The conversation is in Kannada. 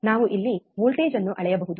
ನಾವು ಇಲ್ಲಿ ವೋಲ್ಟೇಜ್ ಅನ್ನು ಅಳೆಯಬಹುದು